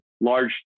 large